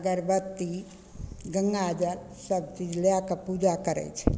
अगरबत्ती गंगाजल सबचीज लए कऽ पूजा करय छै